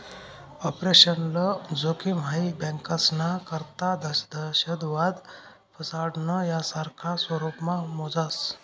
operational जोखिम हाई बँकास्ना करता दहशतवाद, फसाडणं, यासारखा स्वरुपमा मोजास